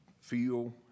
feel